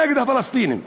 נגד הפלסטינים?